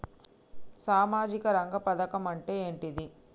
సామాజిక రంగ పథకం అంటే ఏంటిది?